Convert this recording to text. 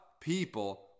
people